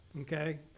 okay